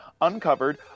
uncovered